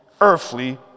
earthly